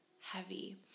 heavy